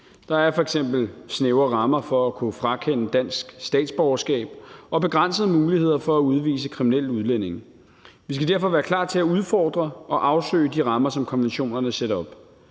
Der er f.eks. snævre rammer for at kunne frakende dansk statsborgerskab og begrænsede muligheder for at udvise kriminelle udlændinge. Vi skal derfor være klar til at udfordre og afsøge de rammer, som konventionerne sætter op.